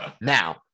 Now